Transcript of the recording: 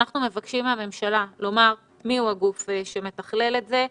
אנחנו מבקשים מהממשלה לומר מי הוא הגוף שמתכלל את זה,